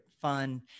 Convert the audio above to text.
fun